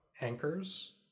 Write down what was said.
anchors